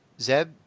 Zeb